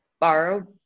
borrow